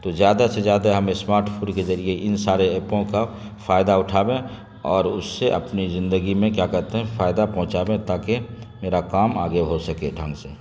تو زیادہ سے زیادہ ہم اسمارٹ فون کے ذریعے ان سارے ایپوں کا فائدہ اٹھاویں اور اس سے اپنی زندگی میں کیا کہتے ہیں فائدہ پہنچاویں تاکہ میرا کام آگے ہو سکے ڈھنگ سے